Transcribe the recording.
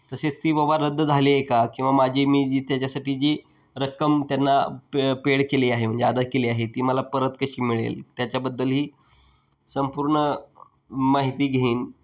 तसेच ती बाबा रद्द झाली आहे का किंवा माझी मी जी त्याच्यासाठी जी रक्कम त्यांना पे पेड केली आहे म्हणजे अदा केली आहे ती मला परत कशी मिळेल त्याच्याबद्दल ही संपूर्ण माहिती घेईन